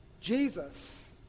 Jesus